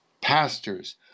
pastors